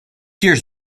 years